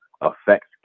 affects